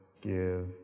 give